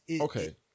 okay